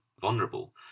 vulnerable